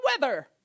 weather